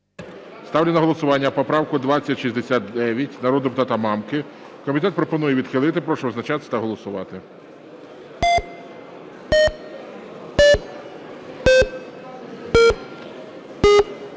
Ставлю на голосування поправку 2069 народного депутата Мамки. Комітет пропонує відхилити. Прошу визначатись та голосувати.